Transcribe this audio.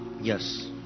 Yes